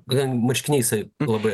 marškiniais labai